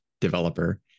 developer